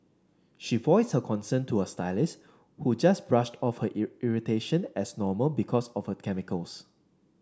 she voiced her concern to her stylist who just brushed off her irritation as normal because of a chemicals